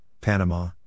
Panama